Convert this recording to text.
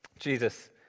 Jesus